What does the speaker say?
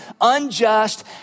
unjust